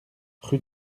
rue